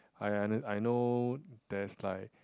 I I I know there's like